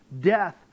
death